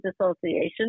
association